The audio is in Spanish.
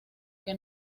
que